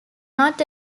not